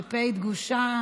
גברתי היושבת-ראש,